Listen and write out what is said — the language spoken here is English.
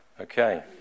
Okay